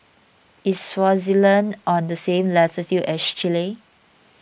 is Swaziland on the same latitude as Chile